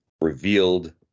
revealed